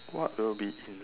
what will be in